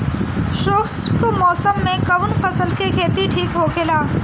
शुष्क मौसम में कउन फसल के खेती ठीक होखेला?